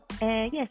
yes